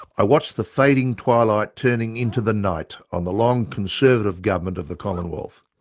i watched the fading twilight turning into the night on the long conservative government of the commonwealth.